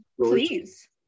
Please